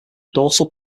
dorsal